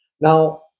Now